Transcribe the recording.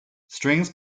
strings